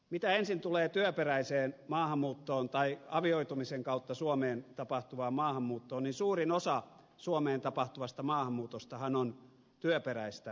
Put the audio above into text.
mitä ensin tulee työperäiseen maahanmuuttoon tai avioitumisen kautta suomeen tapahtuvaan maahanmuuttoon niin suurin osa suomeen tapahtuvasta maahanmuutostahan on työperäistä maahanmuuttoa